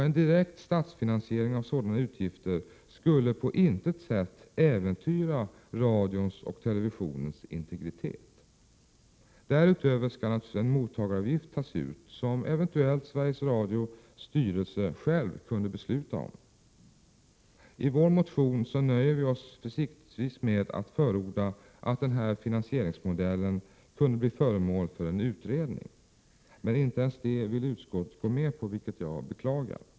En direkt statsfinansiering av sådana utgifter skulle på intet sätt äventyra radions och televisionens integritet. Därutöver skall en mottagaravgift tas ut som eventuellt Sveriges Radios styrelse själv kunde besluta om. I vår motion nöjer vi oss försiktigtvis med att förorda att den här finansieringsmodellen kunde bli föremål för en utredning. Men inte ens det vill utskottet gå med på, vilket jag beklagar.